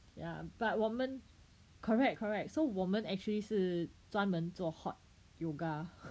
ya but 我们 correct correct so 我们 actually 是专门做 hot yoga